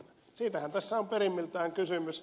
siitähän tässä on perimmiltään kysymys